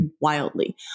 wildly